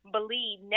Believe